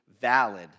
valid